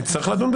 צריך להסתכל על